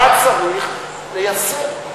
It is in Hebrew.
היה צריך ליישם.